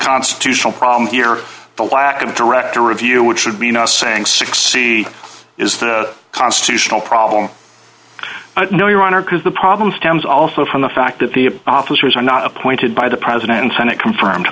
constitutional problem here the lack of director of you know what should be not saying six see is the constitutional problem no your honor because the problem stems also from the fact that the officers are not appointed by the president and senate confirmed